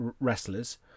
wrestlers